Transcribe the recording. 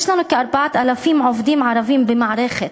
יש לנו כ-4,000 עובדים ערבים במערכת,